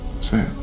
Say